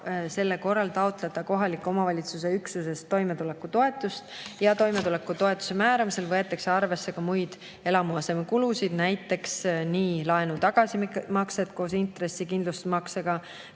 siis saab taotleda kohaliku omavalitsuse üksusest toimetulekutoetust ja toimetulekutoetuse määramisel võetakse arvesse muid eluasemekulusid, näiteks laenu tagasimaksed koos intresside ja kindlustusmaksega.